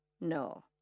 no